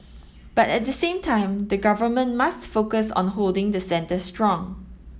but at the same time the Government must focus on holding the centre strong